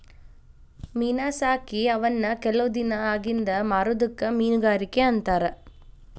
ಮೇನಾ ಸಾಕಿ ಅವನ್ನ ಕೆಲವ ದಿನಾ ಅಗಿಂದ ಮಾರುದಕ್ಕ ಮೇನುಗಾರಿಕೆ ಅಂತಾರ